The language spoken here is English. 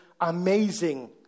amazing